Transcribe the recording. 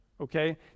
okay